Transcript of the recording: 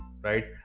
right